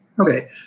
Okay